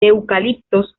eucaliptos